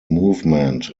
movement